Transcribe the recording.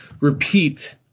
repeat